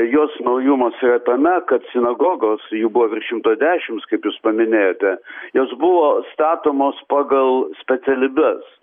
jos naujumas yra tame kad sinagogos jų buvo virš šimto dešimts kaip jūs paminėjote jos buvo statomos pagal specialybes